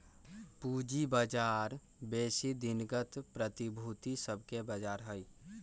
पूजी बजार बेशी दिनगत प्रतिभूति सभके बजार हइ